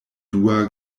dua